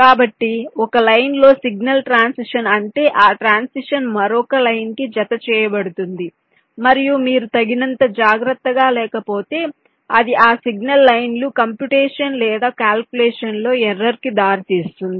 కాబట్టి ఒక లైన్ లో సిగ్నల్ ట్రాన్సిషన్ ఉంటే ఆ ట్రాన్సిషన్ మరొక లైన్ కి జతచేయబడుతుంది మరియు మీరు తగినంత జాగ్రత్తగా లేకపోతే ఇది ఆ సిగ్నల్ లైన్ లు కంప్యూటేషన్ లేదా కాల్కులేషన్ లో ఎర్రర్ కి దారితీస్తుంది